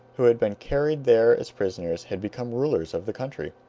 who had been carried there as prisoners, had become rulers of the country.